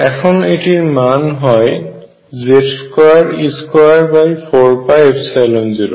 এখন এটির মান হয় Z2e24π0